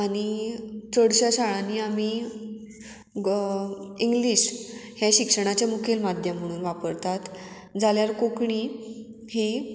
आनी चडश्या शाळांनी आमी ग इंग्लीश हे शिक्षणाचे मुखेल माध्यम म्हणून वापरतात जाल्यार कोंकणी ही